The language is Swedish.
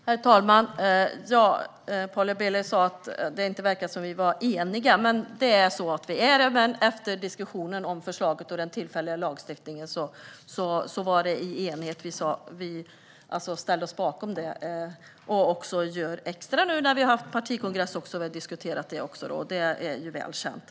Herr talman! Paula Bieler sa att det inte verkade som att vi var eniga, men det är vi. Efter diskussionen om förslaget och den tillfälliga lagstiftningen ställde vi oss bakom detta. Vi har också diskuterat det på partikongressen, och det är ju väl känt.